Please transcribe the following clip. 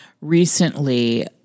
recently